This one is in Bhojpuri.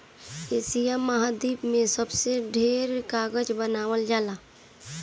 एशिया महाद्वीप में सबसे ढेर कागज बनावल जाला